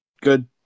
good